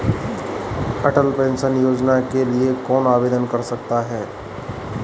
अटल pension योजना के लिए कौन आवेदन कर सकता है?